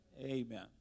Amen